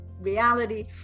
reality